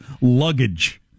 Luggage